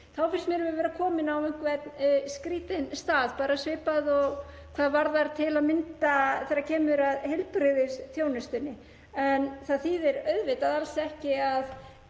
Þá finnst mér við vera komin á skrýtinn stað, svipað og til að mynda þegar kemur að heilbrigðisþjónustunni. En það þýðir auðvitað alls ekki að